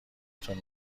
تون